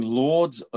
lords